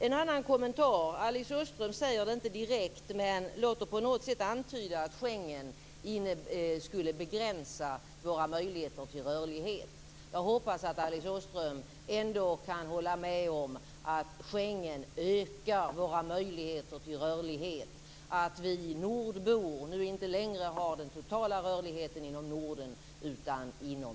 En annan kommentar: Alice Åström säger det inte direkt, men låter på något sätt antyda att Schengen skulle begränsa våra möjligheter till rörlighet. Jag hoppas att Alice Åström ändå kan hålla med om att Schengen ökar våra möjligheter till rörlighet, att vi nordbor nu inte längre har vår totala rörlighet inom